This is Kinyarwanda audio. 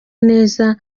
neza